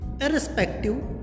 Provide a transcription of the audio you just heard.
irrespective